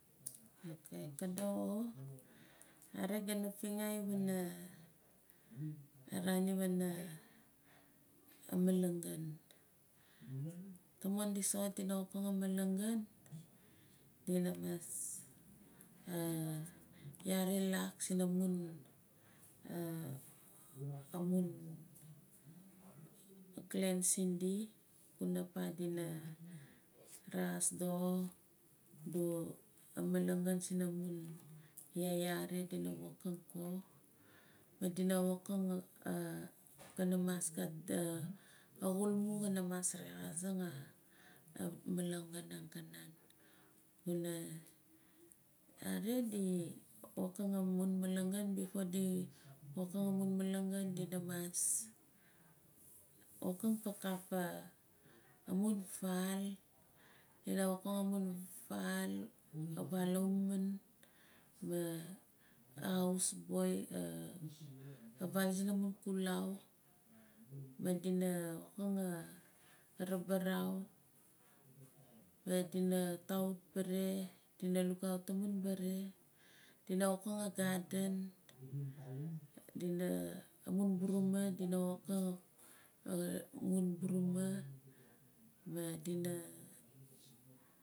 Ka doxo nare gana fingaa pana araan iwana malagan tama di soxot dina wokang a malagan dina mas yaare lak sina mun amun clan sindi kuna pah dina rexas doxo adu a malagan sina mun yayay xare dina wokang ko madina wokang kanamas gat axulmu kana mas rexasing amalangan angkanan kona nare di wotang a mun malangan before di wokang amun malagan dina mas wokim gaakaf amun faal avaal ahumun maa ahaus boi avaal sinamun xulau mading wokang arabarau wokang a garden dina amun buruma dina wokang mum nuruma madina.